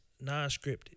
non-scripted